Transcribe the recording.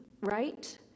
right